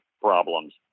problems